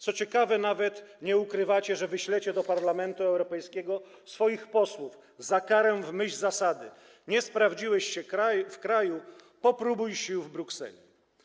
Co ciekawe, nawet nie ukrywacie, że wyślecie do Parlamentu Europejskiego swoich posłów za karę w myśl zasady: nie sprawdziłeś się w kraju, popróbuj sił w Brukseli.